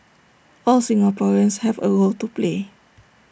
all Singaporeans have A role to play